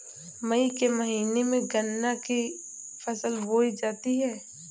मई के महीने में गन्ना की फसल बोई जाती है